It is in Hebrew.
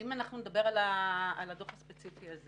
בדוח הספציפי הזה